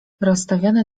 rozstawione